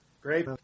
Great